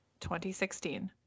2016